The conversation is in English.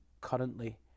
currently